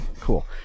Cool